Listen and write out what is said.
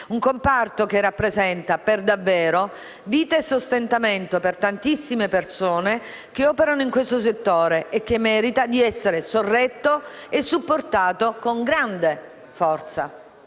scrupoli e che rappresenta davvero vita e sostentamento per tantissime persone che operano nel settore, che merita di essere sorretto e supportato con grande forza,